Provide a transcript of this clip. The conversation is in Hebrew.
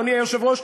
אדוני היושב-ראש,